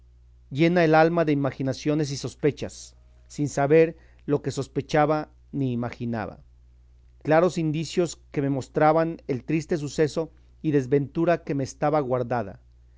llena el alma de imaginaciones y sospechas sin saber lo que sospechaba ni imaginaba claros indicios que me mostraban el triste suceso y desventura que me estaba guardada